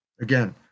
again